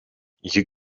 you